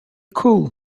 cool